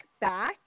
back